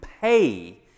pay